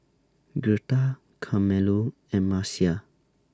Girtha Carmelo and Marcia